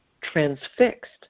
transfixed